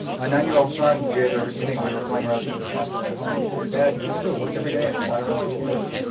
my nine-year-old son, the other evening, we were flying around some of this content at home. and he said, dad do you just go to work every day and fly around google earth?